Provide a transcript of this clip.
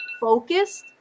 focused